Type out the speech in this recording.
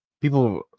people